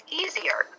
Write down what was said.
easier